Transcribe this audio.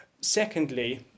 Secondly